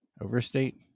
overstate